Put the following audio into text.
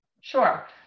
Sure